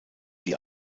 die